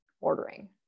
ordering